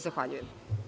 Zahvaljujem.